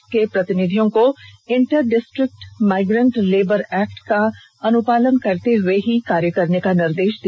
बैठक के दौरान प्रतिनिधियों को inter district migrant labour act का पालन करते हुए ही कार्य करने का निर्देश दिया